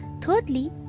Thirdly